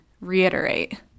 reiterate